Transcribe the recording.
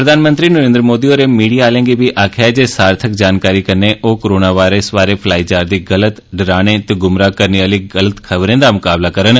प्रधानमंत्री नरेन्द्र मोदी होरें मीडिया आहलें गी वी आक्खेया ऐ जे सार्थक जानकारी कन्नै ओ कोरोना वायरस बारै फैलाई जा'रदी गलत डराने ते गुमराह करने आहली खबरें दा मकाबला करै